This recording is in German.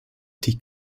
die